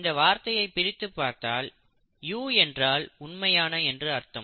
இந்த வார்த்தையை பிரித்துப் பார்த்தால் யூ என்றால் உண்மையான என்று அர்த்தம்